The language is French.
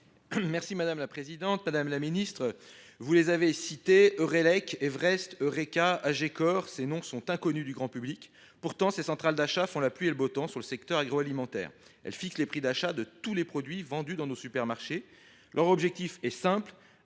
M. Guillaume Gontard. Madame la ministre, vous les avez cités : Hurley, Everest, Eureca, AgeCore… Ces noms sont inconnus du grand public ; pourtant, ces centrales d’achat font la pluie et le beau temps dans le secteur agroalimentaire. Elles fixent en effet les prix d’achat de tous les produits vendus dans nos supermarchés. Leur objectif est simple